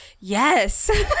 yes